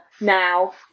now